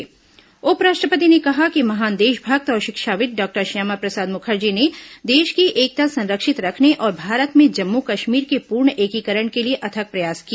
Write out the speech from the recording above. उपराष्ट्रपति वेंकैया नायडू और उपराष्ट्रपति ने कहा कि महान देशभक्त और शिक्षाविद डॉक्टर श्यामाप्रसाद मुखर्जी ने देश की एकता संरक्षित रखने और भारत में जम्मू कश्मीर के पूर्ण एकीकरण के लिए अथक प्रयास किया